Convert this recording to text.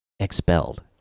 Expelled